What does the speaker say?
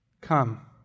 Come